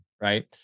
right